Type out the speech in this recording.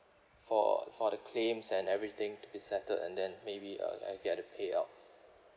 for for the claims and everything to be settled and then maybe uh and I get the pay out